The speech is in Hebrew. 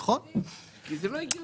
לא הגיוני.